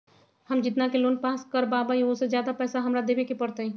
हम जितना के लोन पास कर बाबई ओ से ज्यादा पैसा हमरा देवे के पड़तई?